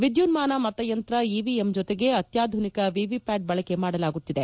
ವಿದ್ಯುನ್ನಾನ ಮತಯಂತ್ರ ಇವಿಎಂ ಜೊತೆಗೆ ಅತ್ಯಾಧುನಿಕ ವಿವಿಪ್ಲಾಟ್ ಬಳಕೆ ಮಾಡಲಾಗುತ್ತಿದೆ